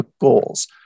goals